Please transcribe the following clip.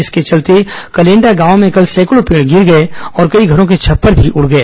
इसके चलते कलेंडा गांव में कल सैकडों पेड गिर गए और कई घरों के छप्पर भी उड गए